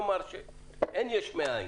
אין יש מאין.